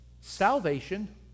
salvation